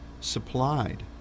supplied